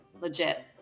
Legit